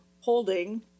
holding